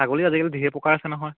ছাগলী আজিকালি ঢেৰ প্ৰকাৰ আছে নহয়